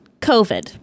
COVID